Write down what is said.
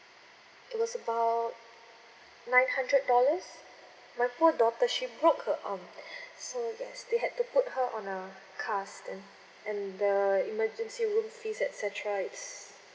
it was about nine hundred dollars my poor daughter she broke her arm so yes they had to put her on a cast and and the emergency room fees etcetera it's